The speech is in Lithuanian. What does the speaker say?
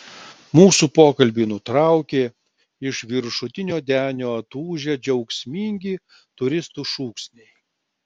mūsų pokalbį nutraukė iš viršutinio denio atūžę džiaugsmingi turistų šūksniai